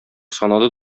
санады